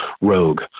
rogue